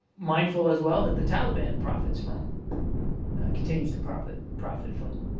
mindful as well that the taliban profits from continues to profit profit from